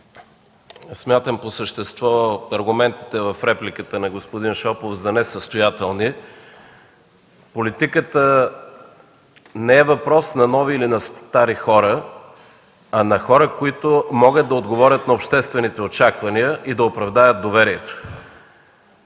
Смятам по същество аргументите в репликата на господин Шопов за несъстоятелни. Политиката не е въпрос на нови или на стари хора, а на хора, които могат да отговорят на обществените очаквания и да оправдаят доверието.